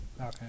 okay